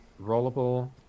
Rollable